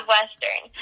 Western